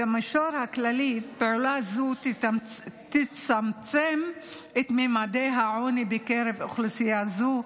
במישור הכלכלי פעולה זו תצמצם את ממדי העוני בקרב אוכלוסייה זו,